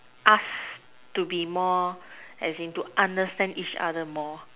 us to be more as in to understand each other more